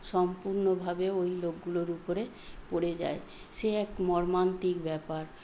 সম্পূর্ণভাবে ওই লোকগুলোর উপরে পড়ে যায় সে এক মর্মান্তিক ব্যাপার